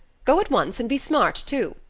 go at once and be smart too.